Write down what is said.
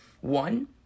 one